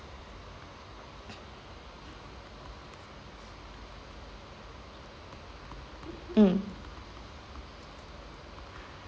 mm